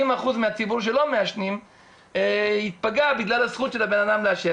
אחוזים מהציבור שלא מעשנים ייפגע בגלל הזכות של הבן אדם לעשן.